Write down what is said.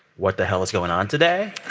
what the hell is going on today?